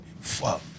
fuck